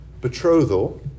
Betrothal